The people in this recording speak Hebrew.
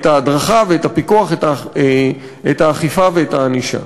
את ההדרכה ואת הפיקוח, את האכיפה ואת הענישה.